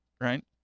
right